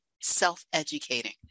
self-educating